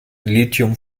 lithium